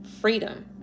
freedom